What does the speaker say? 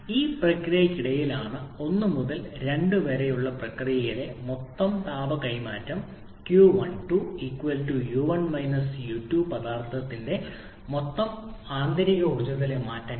ആ പ്രക്രിയയ്ക്കിടയിലാണ് 1 മുതൽ 2 വരെയുള്ള പ്രക്രിയയിലെ മൊത്തം താപ കൈമാറ്റം 𝑄12 𝑈1 𝑈2 പദാർത്ഥത്തിന്റെ മൊത്തം ആന്തരിക ഊർജ്ജത്തിലെ മാറ്റങ്ങൾ